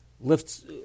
lifts